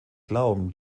glauben